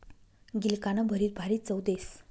गिलकानं भरीत भारी चव देस